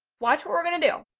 watch what we're going to do.